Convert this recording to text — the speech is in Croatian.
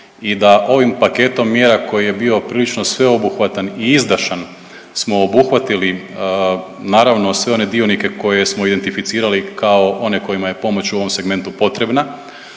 i da ovim paketom mjera koji je bio prilično sveobuhvatan i izdašan smo obuhvatili naravno sve one dionike koje smo identificirali kao one kojima je pomoć u ovom segmentu potrebna,